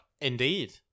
Indeed